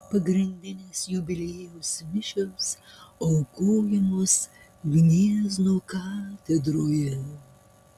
pagrindinės jubiliejaus mišios aukojamos gniezno katedroje